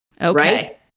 Okay